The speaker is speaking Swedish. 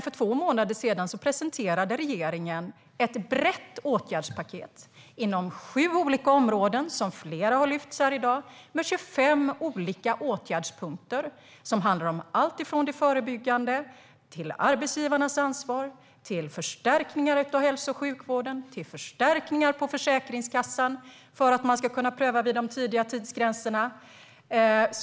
För två månader sedan presenterade regeringen ett brett åtgärdspaket inom sju olika områden - flera av dem har lyfts fram här i dag - med 25 olika åtgärdspunkter. De handlar om alltifrån det förebyggande, till arbetsgivarnas ansvar, till förstärkningar av hälso och sjukvården och till förstärkningar på Försäkringskassan för att man ska kunna göra prövningar vid de tidiga tidsgränserna.